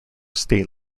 state